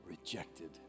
rejected